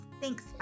Thanks